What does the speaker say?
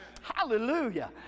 Hallelujah